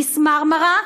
מיס "מרמרה",